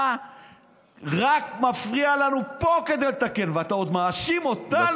אתה רק מפריע לנו פה לתקן, ואתה עוד מאשים אותנו: